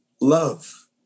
love